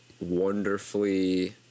wonderfully